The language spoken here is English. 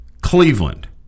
Cleveland